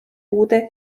uude